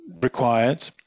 required